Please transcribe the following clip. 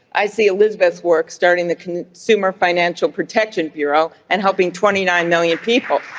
i see elizabeth's work starting the consumer financial protection bureau and helping twenty nine million people.